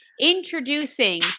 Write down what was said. Introducing